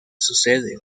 suceden